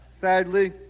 Sadly